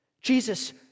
Jesus